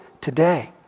today